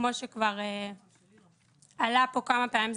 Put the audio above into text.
כמו שכבר עלה פה כמה פעמים,